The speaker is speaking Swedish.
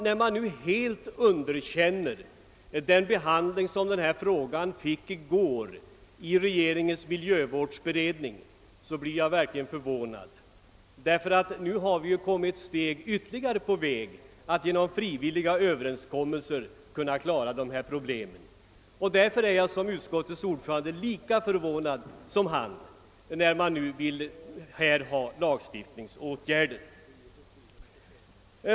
När man nu helt underkänner den behandling som denna fråga fick i går i regeringens miljövårdsberedning blir jag verkligen förvånad. Nu har vi ju kommit ytterligare ett steg på väg mot att kunna lösa problemen genom frivilliga överenskommelser. Därför är jag lika förvånad som utskottets ordförande när man nu vill vidta lagstiftningsåtgärder.